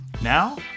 Now